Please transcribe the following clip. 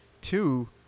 Two